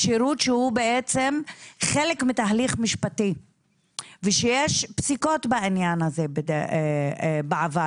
השירות שהוא חלק מתהליך משפטי ושיש פסיקות בעניין הזה בעבר,